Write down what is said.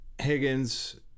Higgins